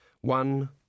One